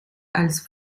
als